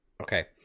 Okay